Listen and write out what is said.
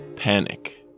panic